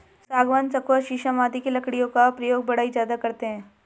सागवान, सखुआ शीशम आदि की लकड़ियों का प्रयोग बढ़ई ज्यादा करते हैं